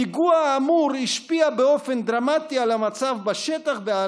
הפיגוע האמור השפיע באופן דרמטי על המצב בשטח ועל